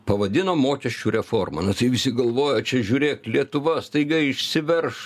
pavadino mokesčių reforma na tai visi galvoja čia žiūrėk lietuva staiga išsiverš